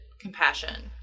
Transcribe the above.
compassion